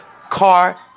car